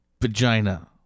Vagina